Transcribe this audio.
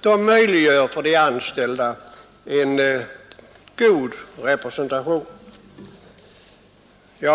de möjliggör en god representation för de anställda.